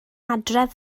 adref